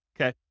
okay